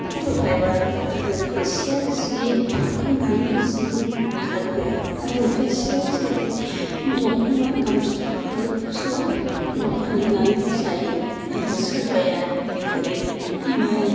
auto driver आरो खायसेया सि फाननानै जिउ खाङो आरो खायसेया जेरै दखना गामसा फालि गस्ला दखान होनानै जायो आरो सोरबाया जेरै माइ